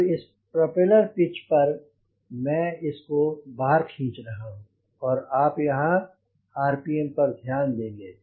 अब इस propeller pitch पर मैं इस को बाहर खींच रहा हूँ और आप यहाँ आरपीएम पर ध्यान देंगे